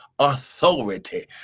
authority